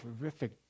terrific